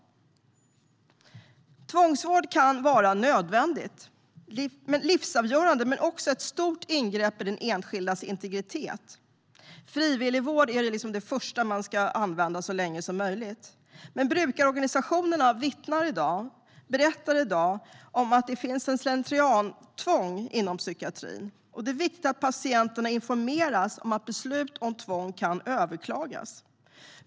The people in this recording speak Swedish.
Tvångsvård kan vara nödvändig och livsavgörande men är också ett stort ingrepp i den enskildes integritet. Frivillig vård är det som i första hand ska användas så länge som möjligt. Brukarorganisationerna vittnar och berättar dock i dag om att det finns ett slentriantvång inom psykiatrin. Det är viktigt att patienterna informeras om att beslut om tvång kan överklagas.